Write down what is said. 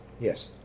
Yes